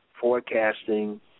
forecasting